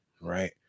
Right